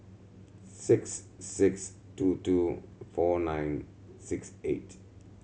six six two two four nine six eight